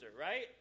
right